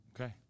Okay